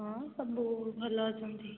ହଁ ସବୁ ଭଲ ଅଛନ୍ତି